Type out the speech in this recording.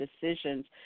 decisions